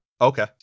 okay